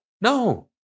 No